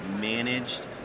managed